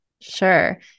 Sure